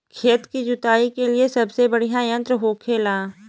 खेत की जुताई के लिए सबसे बढ़ियां यंत्र का होखेला?